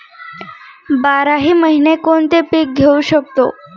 बाराही महिने कोणते पीक घेवू शकतो?